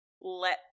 let